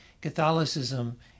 Catholicism